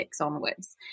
onwards